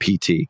PT